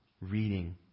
reading